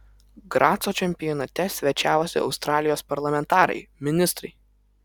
graco čempionate svečiavosi australijos parlamentarai ministrai